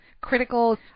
critical